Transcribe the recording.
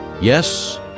Yes